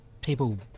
people